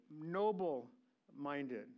noble-minded